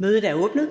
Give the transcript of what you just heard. Mødet er åbnet.